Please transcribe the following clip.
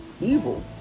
evil